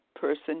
person